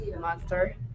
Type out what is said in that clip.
monster